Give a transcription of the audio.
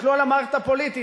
תסתכלו על המערכת הפוליטית,